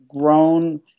grown